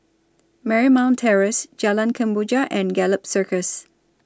Marymount Terrace Jalan Kemboja and Gallop Circus